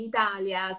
Italia